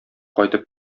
кайтып